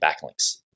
backlinks